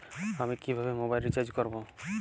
আমি কিভাবে mobile recharge করব?